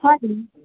hello